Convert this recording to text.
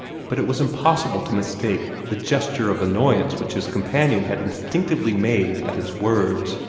but it was impossible to mistake the gesture of annoyance which his companion had instinctively made at his words.